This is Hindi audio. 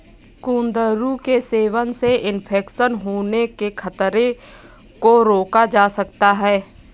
कुंदरू के सेवन से इन्फेक्शन होने के खतरे को रोका जा सकता है